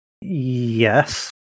yes